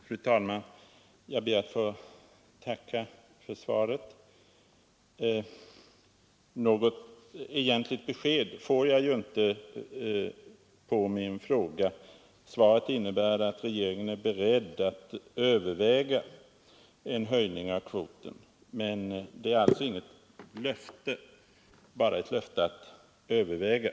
Fru talman! Jag ber att få tacka för svaret. Något egentligt besked har jag ju inte fått; svaret innebär bara att regeringen är beredd att överväga en höjning av kvoten. Det är alltså inte något löfte, bara ett löfte att överväga.